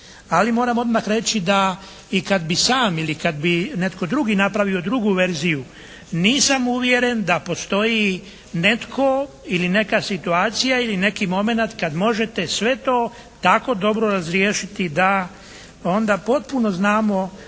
Ali moram odmah reći da i kad bi sam i kad bi netko drugi napravio drugu verziju nisam uvjeren da postoji netko ili neka situacija ili neki momenat kad možete sve to tako dobro razriješiti da onda potpuno znamo